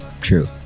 True